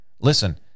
Listen